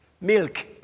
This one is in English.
milk